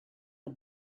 the